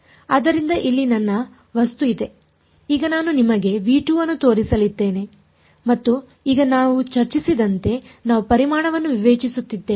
ಆದ್ದರಿಂದ ಇಲ್ಲಿ ನನ್ನ ವಸ್ತು ಇದೆ ಈಗ ನಾನು ನಿಮಗೆ ಅನ್ನು ತೋರಿಸಲಿದ್ದೇನೆ ಮತ್ತು ಈಗ ನಾವು ಚರ್ಚಿಸಿದಂತೆ ನಾವು ಪರಿಮಾಣವನ್ನು ವಿವೇಚಿಸುತ್ತಿದ್ದೇವೆ